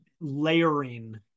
layering